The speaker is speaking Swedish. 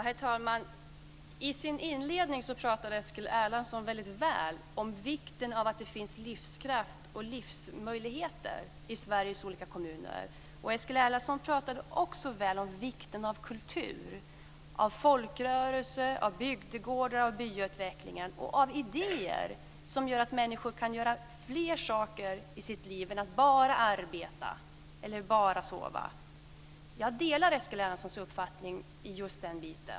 Herr talman! I sin inledning talade Eskil Erlandsson väldigt väl om vikten av att det finns livskraft och livsmöjligheter i Sveriges olika kommuner. Eskil Erlandsson talade också väl om vikten av kultur, av folkrörelser, bygdegårdar, byutveckling och av idéer som gör att människor kan göra fler saker i sitt liv än att bara arbeta eller bara sova. Jag delar Eskil Erlandssons uppfattning i just den delen.